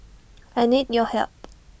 I need your help